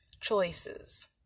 choices